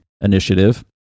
initiative